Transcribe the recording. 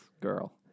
girl